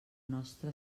nostra